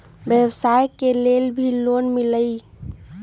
व्यवसाय के लेल भी लोन मिलहई?